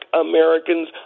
Americans